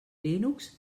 linux